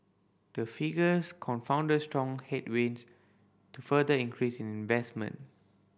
the figures confounded strong headwinds to further increase in investment